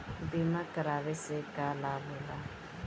बीमा करावे से का लाभ होला?